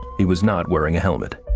he was not wearing a helmet.